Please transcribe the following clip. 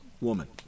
woman